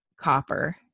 copper